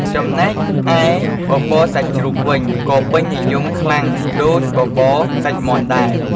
ចំណែកឯបបរសាច់ជ្រូកវិញ ក៏ពេញនិយមខ្លាំងដូចបបរសាច់មាន់ដែរ។